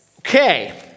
Okay